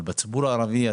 לגבי הציבור הערבי,